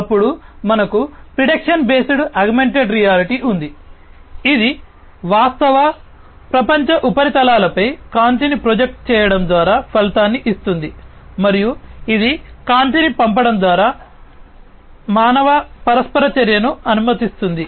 అప్పుడు మనకు prediction based augmented reality ఉంది ఇది వాస్తవ ప్రపంచ ఉపరితలాలపై కాంతిని ప్రొజెక్ట్ చేయడం ద్వారా ఫలితాన్ని ఇస్తుంది మరియు ఇది కాంతిని పంపడం ద్వారా మానవ పరస్పర చర్యను అనుమతిస్తుంది